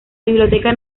biblioteca